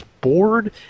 bored